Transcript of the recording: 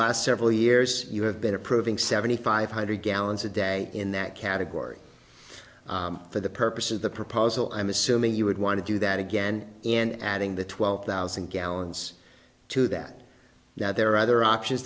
last several years you have been approving seventy five hundred gallons a day in that category for the purpose of the proposal i'm assuming you would want to do that again in adding the twelve thousand gallons to that now there are other options